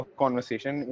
conversation